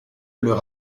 leur